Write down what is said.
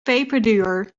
peperduur